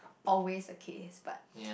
always the case but